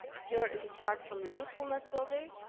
here is a chart from the usefulness survey.